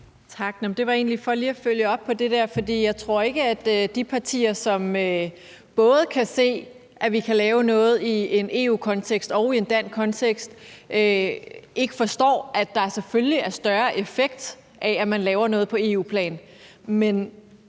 Tak. Det var egentlig for lige følge op på det der. Jeg tror ikke, at de partier, som både kan se, at vi kan lave noget i en EU-kontekst og i en dansk kontekst, ikke forstår, at der selvfølgelig er større effekt af, at man laver noget på EU-plan.